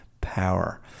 power